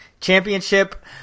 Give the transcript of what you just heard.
Championship